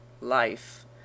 life